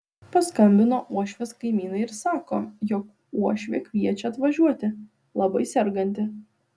paskambino uošvės kaimynai ir sako jog uošvė kviečia atvažiuoti labai serganti